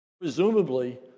presumably